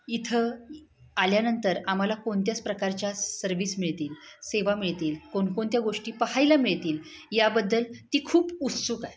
इथं आल्यानंतर आम्हाला कोणत्याच प्रकारच्या सर्विस मिळतील सेवा मिळतील कोणकोणत्या गोष्टी पाहायला मिळतील याबद्दल ती खूप उत्सुक आहे